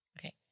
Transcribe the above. Okay